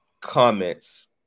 comments